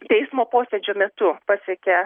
teismo posėdžio metu pasiekė